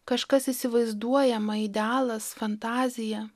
kažkas įsivaizduojama idealas fantazija